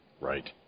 right